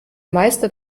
meister